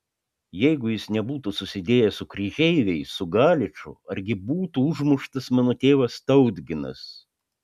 jeigu jis nebūtų susidėjęs su kryžeiviais su galiču argi būtų užmuštas mano tėvas tautginas